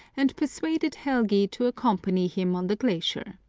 and persuaded helgi to accompany him on the glacier.